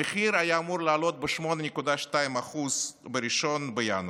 המחיר היה אמור לעלות ב-8.2% ב-1 בינואר,